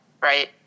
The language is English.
right